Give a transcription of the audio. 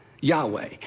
Yahweh